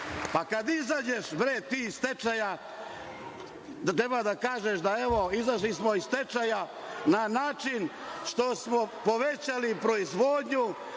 Pa kad izađeš bre, ti iz stečaja treba da kažeš – evo, izašli smo iz stečaja na način što smo povećali proizvodnju,